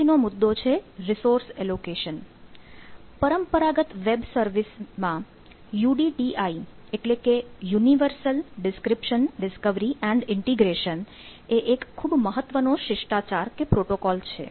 હવે પછીનો મુદ્દો છે રિસોર્સ એલોકેશન એ એક ખૂબ મહત્વનો શિષ્ટાચાર છે